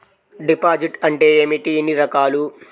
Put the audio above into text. Deposit అంటే ఏమిటీ ఎన్ని రకాలు?